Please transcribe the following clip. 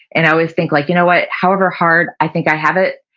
and i always think like you know what? however hard i think i have it,